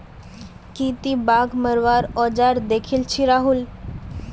की ती बाघ मरवार औजार दखिल छि राहुल